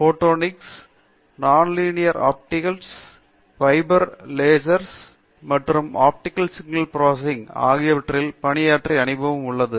photonics nonlinear optics fibre லேசர்கள் மற்றும் optical signal processing ஆகியவற்றில் பணியாற்றிய அனுபவம் உள்ளது